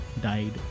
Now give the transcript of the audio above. died